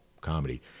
comedy